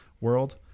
world